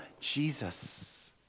Jesus